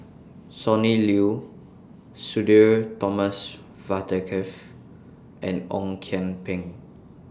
Sonny Liew Sudhir Thomas Vadaketh and Ong Kian Peng